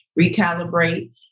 recalibrate